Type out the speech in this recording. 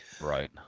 right